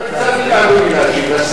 אני לא הצעתי לאדוני להשיב.